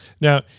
Now